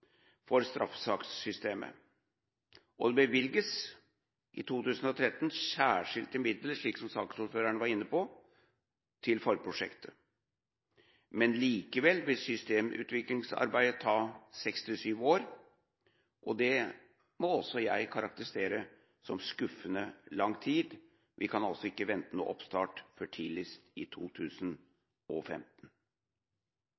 for straffesakssystemet. Det bevilges i 2013 særskilte midler – slik saksordføreren var inne på – til forprosjektet. Men likevel vil systemutviklingsarbeidet ta seks–syv år. Det må også jeg karakterisere som skuffende lang tid. Vi kan altså ikke vente noen oppstart før tidligst i